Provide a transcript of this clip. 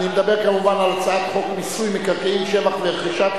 אני מדבר כמובן על הצעת חוק מיסוי מקרקעין (שבח ורכישה).